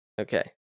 Okay